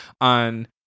on